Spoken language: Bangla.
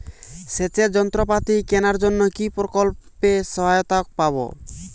সেচের যন্ত্রপাতি কেনার জন্য কি প্রকল্পে সহায়তা পাব?